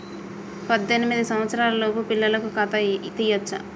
పద్దెనిమిది సంవత్సరాలలోపు పిల్లలకు ఖాతా తీయచ్చా?